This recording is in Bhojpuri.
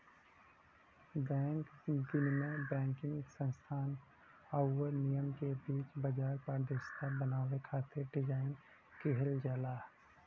बैंक विनियम बैंकिंग संस्थान आउर निगम के बीच बाजार पारदर्शिता बनावे खातिर डिज़ाइन किहल जाला